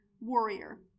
warrior